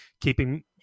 keeping